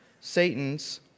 Satan's